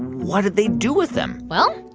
what did they do with them? well,